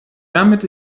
damit